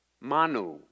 Manu